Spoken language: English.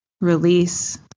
release